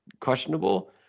questionable